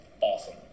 awesome